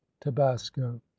tabasco